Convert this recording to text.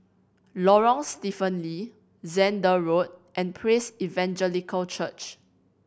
Lorong Stephen Lee Zehnder Road and Praise Evangelical Church